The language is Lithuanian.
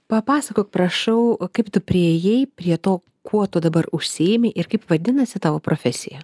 papasakok prašau kaip tu priėjai prie to kuo tu dabar užsiimi ir kaip vadinasi tavo profesija